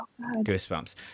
goosebumps